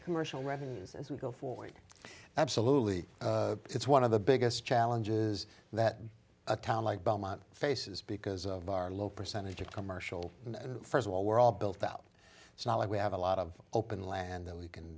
commercial revenues as we go forward absolutely it's one of the biggest challenges that a town like belmont faces because of our low percentage of commercial first of all we're all built out it's not like we have a lot of open land that we can